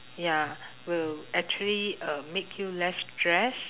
ya will actually um make you less stressed